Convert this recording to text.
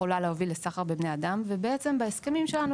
שיכולה להוביל לשכר בבני אדם ובעצם בהסכמים שלנו,